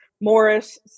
Morris